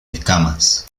escamas